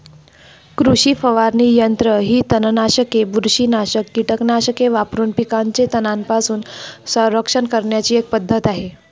कृषी फवारणी यंत्र ही तणनाशके, बुरशीनाशक कीटकनाशके वापरून पिकांचे तणांपासून संरक्षण करण्याची एक पद्धत आहे